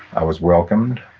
i was welcomed.